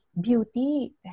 beauty